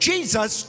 Jesus